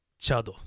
chado